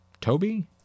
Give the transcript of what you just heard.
Toby